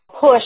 push